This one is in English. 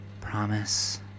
Promise